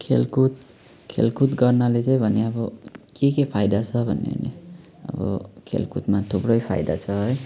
खेलकुद खेलकुद गर्नाले चाहिँ भने अब के के फाइदा छ भने अब खेलकुदमा थुप्रै फाइदा छ है